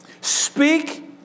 Speak